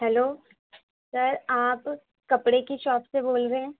hello sir آپ کپڑے کی شاپ سے بول رہے ہیں